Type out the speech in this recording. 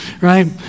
right